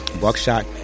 Buckshot